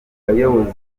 bayobozi